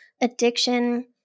addiction